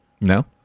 No